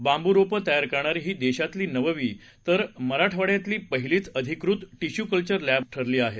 बांबू रोपं तयार करणारी ही देशातली नववी तर मराठवाड्यातली पहिलीच अधिकृत टिशू कल्वर लॅब ठरली आहे